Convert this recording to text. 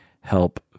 help